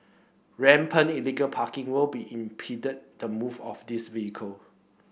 rampant illegal parking will impede the move of these vehicle